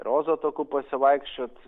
roza taku pasivaikščiot